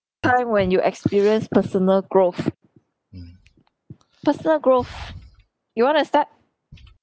time when you experience personal growth personal growth you wanna start